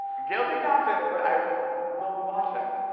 guilty conscience but i will be watching.